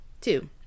Two